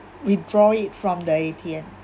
withdraw it from the A_T_M